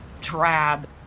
drab